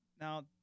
Now